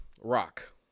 Rock